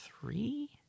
three